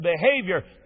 behavior